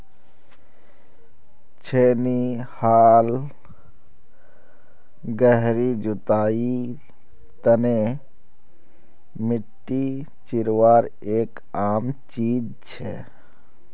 छेनी हाल गहरी जुताईर तने मिट्टी चीरवार एक आम चीज छे